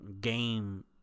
Game